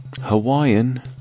Hawaiian